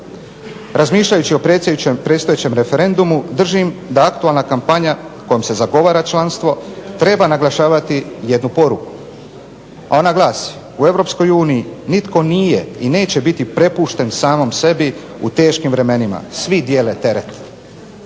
Razmišljajući o predstojećem referendumu držim da aktualna kampanja kojom se zagovara članstvo treba naglašavati jednu poruku, a ona glasi: u Europskoj uniji nitko nije i neće biti prepušten samom sebi u teškim vremenima. Svi dijele teret.